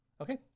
Okay